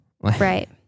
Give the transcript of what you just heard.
Right